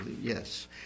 Yes